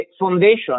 foundation